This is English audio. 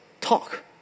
talk